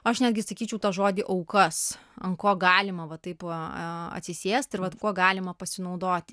aš netgi sakyčiau tą žodį aukas ant ko galima va taip a atsisėsti ir vat kuo galima pasinaudoti